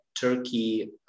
Turkey